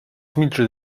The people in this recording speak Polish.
milczy